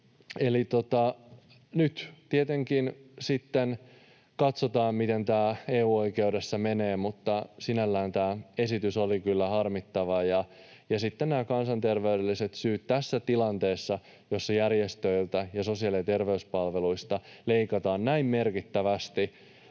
Eli nyt tietenkin sitten katsotaan, miten tämä EU-oikeudessa menee, mutta sinällään tämä esitys oli kyllä harmittava. Sitten nämä kansanterveydelliset syyt: tässä tilanteessa, jossa järjestöiltä ja sosiaali- ja terveyspalveluista leikataan näin merkittävästi,